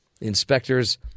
Inspectors